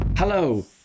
Hello